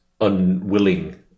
unwilling